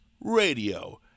Radio